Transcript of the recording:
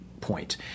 point